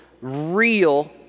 real